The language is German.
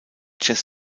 jazz